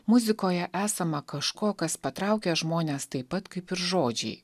muzikoje esama kažko kas patraukia žmones taip pat kaip ir žodžiai